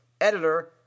editor